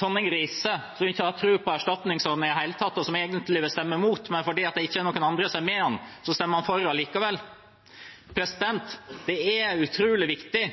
Tonning Riise, som ikke har tro på erstatningsordningen i det hele tatt, og som egentlig vil stemme mot, men fordi det ikke er noen andre som er med ham, stemmer han allikevel for. Det er utrolig viktig